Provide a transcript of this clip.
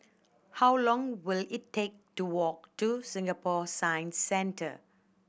how long will it take to walk to Singapore Science Centre